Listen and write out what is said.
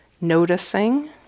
noticing